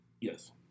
yes